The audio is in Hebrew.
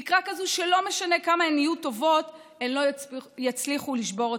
תקרה כזאת שלא משנה כמה הן יהיו טובות הן לא יצליחו לשבור אותה.